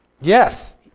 Yes